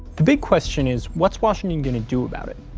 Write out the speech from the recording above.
the big question is what's washington gonna do about it?